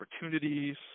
opportunities